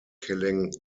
killing